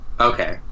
Okay